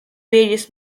various